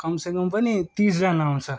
कमसेकम पनि तिसजना आउँछ